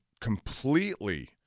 completely